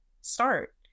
start